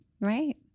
right